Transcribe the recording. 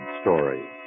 story